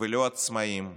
לא עצמאים,